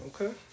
Okay